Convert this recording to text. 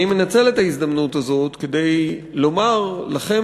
אני מנצל את ההזדמנות הזאת כדי לומר לכם,